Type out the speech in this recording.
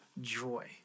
joy